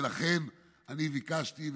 ולכן אני ביקשתי,